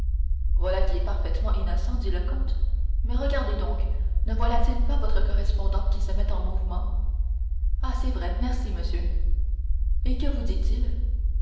voilà qui est parfaitement innocent dit le comte mais regardez donc ne voilà-t-il pas votre correspondant qui se met en mouvement ah c'est vrai merci monsieur et que vous dit-il